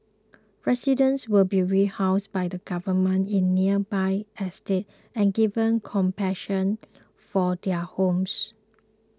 residents will be rehoused by the Government in nearby estates and given compensation for their homes